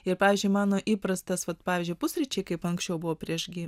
ir pavyzdžiui mano įprastas vat pavyzdžiui pusryčiai kaip anksčiau buvo prieš